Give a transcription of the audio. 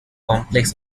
complex